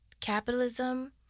Capitalism